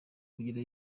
kugira